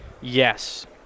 Yes